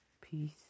Peace